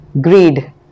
greed